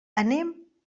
anem